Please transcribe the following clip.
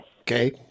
Okay